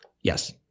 Yes